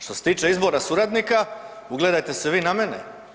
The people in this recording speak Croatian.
Što se tiče izbora suradnika ugledajte se vi na mene.